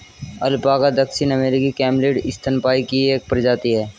alpaca दक्षिण अमेरिकी camelid स्तनपायी की एक प्रजाति है